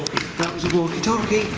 walkie talkie,